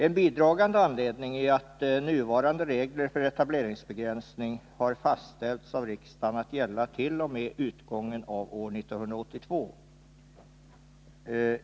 En bidragande anledning är att nuvarande regler för etableringsbegränsning har fastställts av riksdagen att gälla t.o.m. utgången av år 1982.